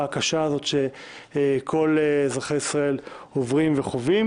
הקשה הזאת שכל אזרחי ישראל עוברים וחווים.